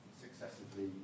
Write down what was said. successively